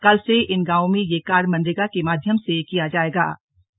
कल से इन गांवों में यह कार्य मनरेगा के माध्यम से किए जाएंगे